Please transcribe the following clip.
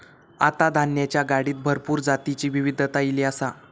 आता धान्याच्या गाडीत भरपूर जातीची विविधता ईली आसा